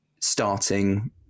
starting